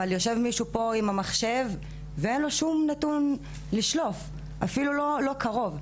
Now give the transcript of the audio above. אבל יושב מישהו פה עם המחשב ואין לו שום נתון לשלוף אפילו לא קרוב.